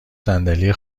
صندلی